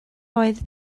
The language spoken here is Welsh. oedd